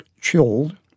chilled